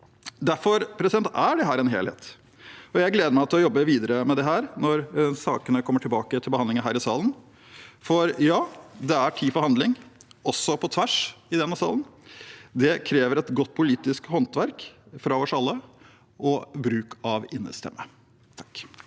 Derfor er dette en helhet. Jeg gleder meg til å jobbe videre med dette når sakene kommer tilbake til behandling her i salen, for ja, det er tid for handling – også på tvers – i denne salen. Det krever et godt politisk håndverk fra oss alle og bruk av innestemme.